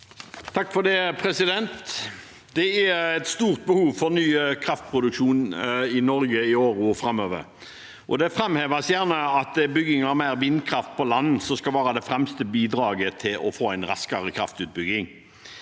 (FrP) Det er et stort be- hov for ny kraftproduksjon i Norge i årene framover. Det framheves gjerne at det er bygging av mer vindkraft på land som skal være det fremste bidraget til å få en raskere kraftutbygging,